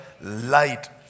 light